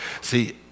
See